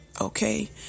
okay